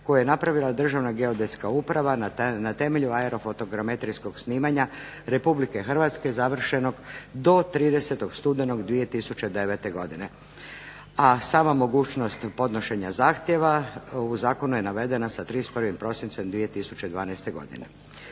koje je napravila Državna geodetska uprava na temelju aerofotogeometrijskog snimanja Republike Hrvatske završenog do 30. studenog 2009. godine. A sama mogućnost podnošenja zahtjeva u zakonu je navedena sa 31. prosincem 2012. godine.